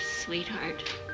sweetheart